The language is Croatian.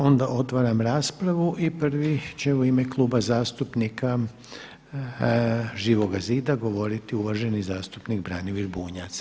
Onda otvaram raspravu i prvi će u ime Kluba zastupnika Živoga zida govoriti uvaženi zastupnik Branimir Bunjac.